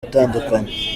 atandukanye